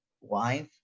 wife